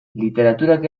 literaturak